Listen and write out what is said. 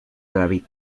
david